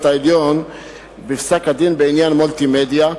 העליון בפסק-הדין בעניין "מולטימדיה",